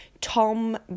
Tom